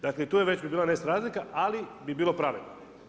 Dakle, tu bi već bila nesrazlika ali bi bilo pravedno.